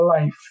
life